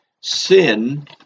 sin